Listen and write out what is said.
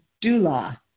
Dula